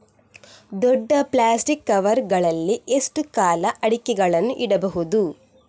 ದೊಡ್ಡ plastic cover ಗಳಲ್ಲಿ ಎಷ್ಟು ಕಾಲ ಅಡಿಕೆಗಳನ್ನು ಇಡಬಹುದು?